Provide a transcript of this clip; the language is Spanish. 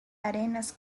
arenas